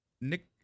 Nick